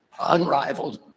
unrivaled